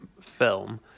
film